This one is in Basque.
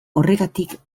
horregatik